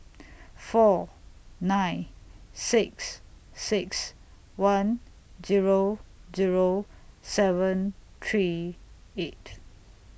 four nine six six one Zero Zero seven three eight